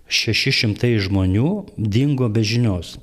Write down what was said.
šeši šimtai žmonių dingo be žinios